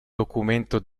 documento